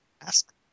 Ask